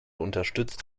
unterstützt